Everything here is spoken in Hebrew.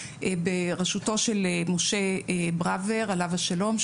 בראשותו של פרופ' משה ברוור עליו השלום,